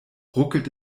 ruckelt